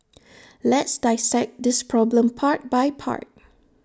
let's dissect this problem part by part